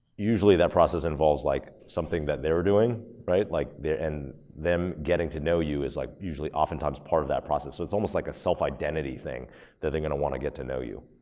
usually that process involves like something that they were doing, right. like and then getting to know you is like, usually oftentimes part of that process. so it's almost like a self-identity thing that they're gonna wanna get to know you,